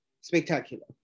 spectacular